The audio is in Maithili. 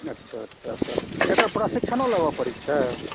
अच्छा अच्छा तऽ एकर प्रशिक्षणो लेबय पड़ै छै